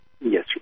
Yes